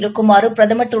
இருக்குமாறு பிரதமர் திரு